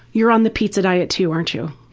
you're on the pizza diet too aren't you?